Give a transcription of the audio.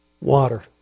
water